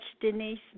Denise